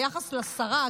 ביחס לשרה,